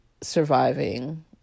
surviving